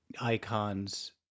icons